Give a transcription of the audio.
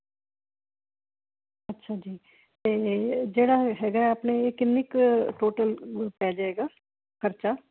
ਅੱਛਾ ਜੀ ਤੇ ਜਿਹੜਾ ਹੈਗਾ ਆਪਣੇ ਕਿੰਨੀ ਕ ਟੋਟਲ ਪੈ ਜਾਏਗਾ ਖਰਚਾ